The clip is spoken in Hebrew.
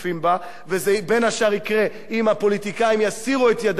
וזה בין השאר יקרה אם הפוליטיקאים יסירו את ידם מהרשות הזאת.